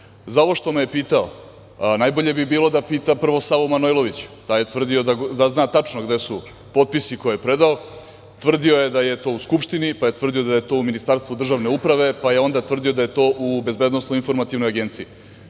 ovo što me je pitao najbolje bi bilo da pita prvo Savu Manojlovića. Taj je tvrdio da zna tačno gde su potpisi koje je predao. Tvrdio je da je to u Skupštini, pa je tvrdio da je to u Ministarstvu državne uprave, pa je onda tvrdio da je to u BIA. Dogovorite se